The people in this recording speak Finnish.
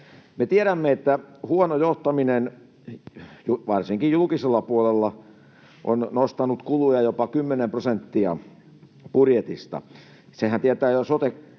Me tiedämme, että huono johtaminen varsinkin julkisella puolella on nostanut kuluja jopa 10 prosenttia budjetista. Sehän tietää, että